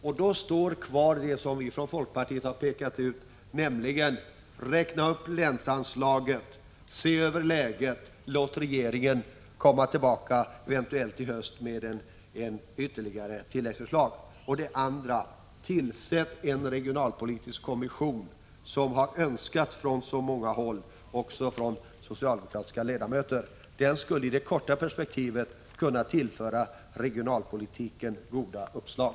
Då kvarstår det som folkpartiet har föreslagit: Räkna upp länsanslaget, se över läget, låt regeringen komma tillbaka, eventuellt redan i höst, med ytterligare förslag. Tillsätt en regionalpolitisk kommission, vilket har önskats från så många håll, också av socialdemokratiska ledamöter! Den skulle i det korta perspektivet kunna tillföra regionalpolitiken goda uppslag.